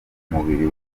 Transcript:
mubiri